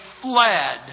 fled